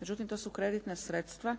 međutim to su kreditna sredstva